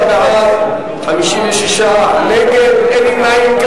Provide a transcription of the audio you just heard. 56 נגד, אין נמנעים.